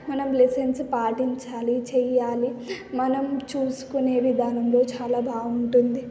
మనం లెసన్స్ పాటించాలి చెయ్యాలి మనం చూసుకునే విధానంలో చాలా బాగుంటుంది